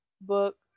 book